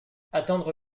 attendre